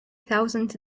thousand